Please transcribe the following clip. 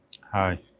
Hi